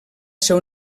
ser